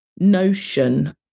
notion